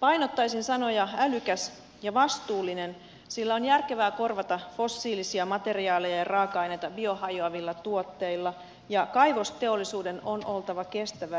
painottaisin sanoja älykäs ja vastuullinen sillä on järkevää korvata fossiilisia materiaaleja ja raaka aineita biohajoavilla tuotteilla ja kaivosteollisuuden on oltava kestävää